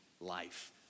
life